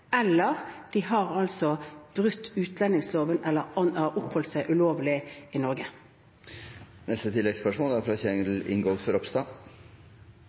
har brutt utlendingsloven eller har oppholdt seg ulovlig i Norge. Kjell Ingolf Ropstad